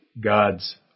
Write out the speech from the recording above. God's